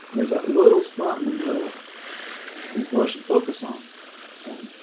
there's that little spot in the middle is what i should focus on right?